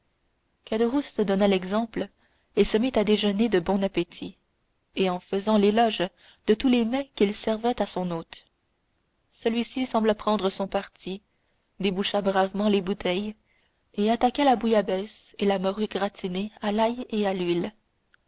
donna l'exemple et se mit à déjeuner de bon appétit et en faisant l'éloge de tous les mets qu'il servait à son hôte celui-ci sembla prendre son parti déboucha bravement les bouteilles et attaqua la bouillabaisse et la morue gratinée à l'ail et à l'huile